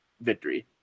victory